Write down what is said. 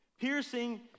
piercing